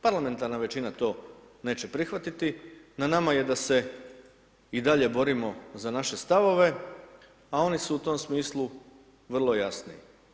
Parlamentarna većina to neće prihvatiti, na nama je da se i dalje borimo za naše stavove, a oni su u tom smislu vrlo jasni.